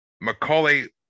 Macaulay